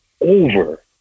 over